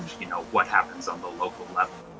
you know, what happens on the local level?